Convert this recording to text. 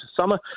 summer